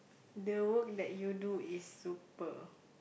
the work that you do is super